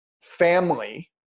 family